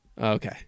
Okay